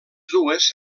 dues